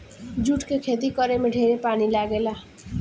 जुट के खेती करे में ढेरे पानी लागेला